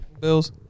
Bills